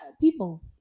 people